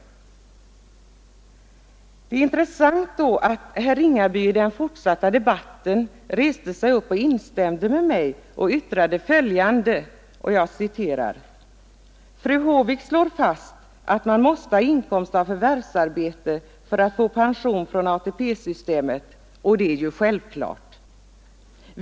Det är intressant att herr Ringaby under den fortsatta debatten reste sig upp och instämde med mig och yttrade följande: ”Fru Håvik slår fast att man måste ha inkomst av förvärvsarbete för att få pension från ATP-systemet, och det är ju självklart.